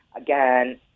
again